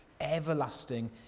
everlasting